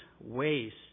waste